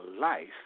life